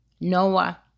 Noah